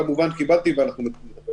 כמובן קיבלתי ואנחנו מטפלים.